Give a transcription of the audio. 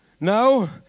No